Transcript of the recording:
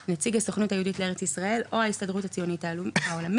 נציג הסוכנות היהודית לארץ ישראל או ההסתדרות הציונית העולמית,